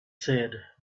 said